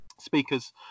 speakers